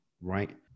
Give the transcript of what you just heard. right